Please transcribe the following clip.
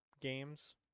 games